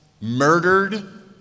murdered